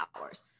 hours